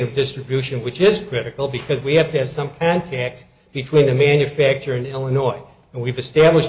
of distribution which is critical because we have to have some antics between the manufacturer in illinois and we've established